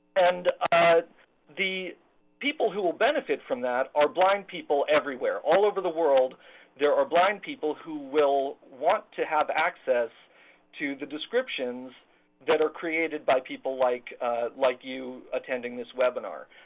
and the people who will benefit from that are blind people everywhere. all over the world there are blind people that will want to have access to the descriptions that are created by people like like you attending this webinar.